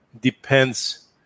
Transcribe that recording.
depends